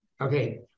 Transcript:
okay